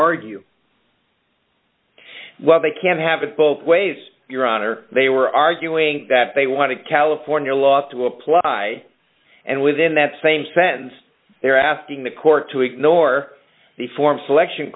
argue well they can't have it both ways your honor they were arguing that they wanted california law to apply and within that same sense they're asking the court to ignore the form selection